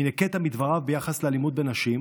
הינה קטע מדבריו ביחס לאלימות כלפי נשים,